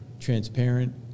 transparent